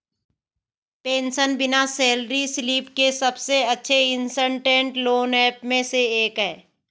PaySense बिना salary slip के सबसे अच्छे इंस्टेंट लोन ऐप में से एक है